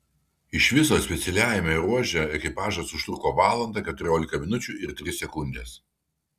iš viso specialiajame ruože ekipažas užtruko valandą keturiolika minučių ir tris sekundes